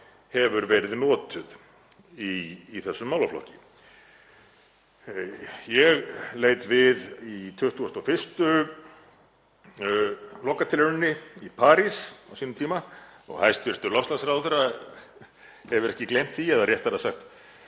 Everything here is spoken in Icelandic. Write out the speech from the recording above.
hefur verið notuð í þessum málaflokki. Ég leit við í 21. lokatilrauninni í París á sínum tíma og hæstv. loftslagsráðherra hefur ekki gleymt því, eða réttara sagt